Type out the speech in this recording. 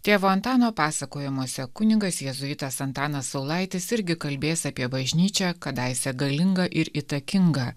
tėvo antano pasakojimuose kunigas jėzuitas antanas saulaitis irgi kalbės apie bažnyčią kadaise galingą ir įtakingą